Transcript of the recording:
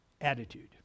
attitude